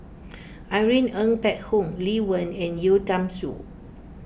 Irene Ng Phek Hoong Lee Wen and Yeo Tiam Siew